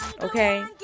okay